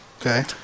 Okay